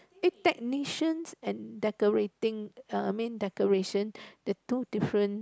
eh technicians and decorating uh I mean decorations they're two different